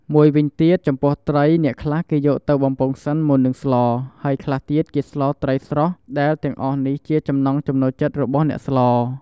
មួយវិញទៀត ចំពោះត្រី អ្នកខ្លះគេយកទៅបំពងសិនមុននឹងស្ល ហើយខ្លះទៀតគេស្លត្រីស្រស់ ដែលទាំងអស់នេះជាចំណង់ចំណូលចិត្តរបស់អ្នកស្ល។